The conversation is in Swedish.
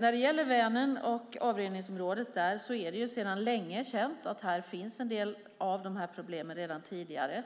När det gäller Vänern och avrinningsområdet där är det sedan länge känt att en del av dessa problem finns där sedan tidigare.